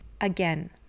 Again